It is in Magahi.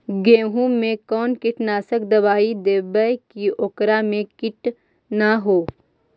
गेहूं में कोन कीटनाशक दबाइ देबै कि ओकरा मे किट न हो?